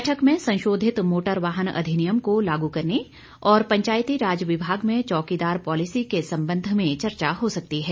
बैठक में संशोधित मोटर वाहन अधिनियम को लागू करने और पंचायती राज विभाग में चौकीदार पॉलिसी के संबंध में चर्चा हो सकती है